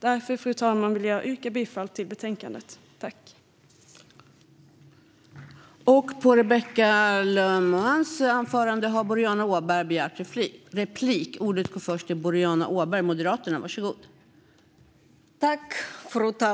Därför, fru talman, vill jag yrka bifall till utskottets förslag i betänkandet.